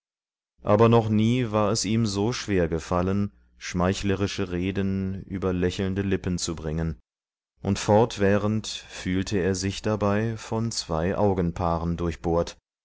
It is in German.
aber noch nie war es ihm so schwer gefallen schmeichlerische reden über lächelnde lippen zu bringen und fortwährend fühlte er sich dabei von zwei augenpaaren